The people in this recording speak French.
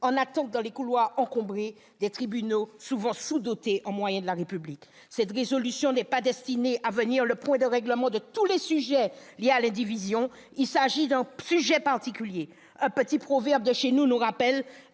en attente dans les couloirs encombrés des tribunaux- souvent sous-dotés en moyens -de la République. Cette résolution n'est pas destinée à devenir le point de règlement de tous les sujets liés à l'indivision. Il s'agit d'un sujet particulier. Un petit proverbe de chez nous nous rappelle